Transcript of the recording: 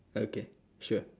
okay sure